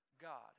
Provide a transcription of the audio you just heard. God